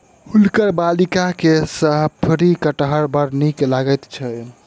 हुनकर बालिका के शफरी कटहर बड़ नीक लगैत छैन